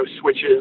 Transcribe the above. Switches